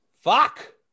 Fuck